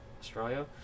Australia